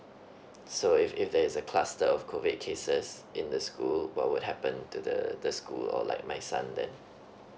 so if if there's a cluster of COVID cases in the school what would happen to the the school or like my son then